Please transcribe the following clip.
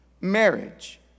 marriage